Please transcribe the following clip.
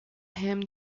him